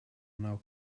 now